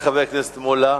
תודה לחבר הכנסת מולה.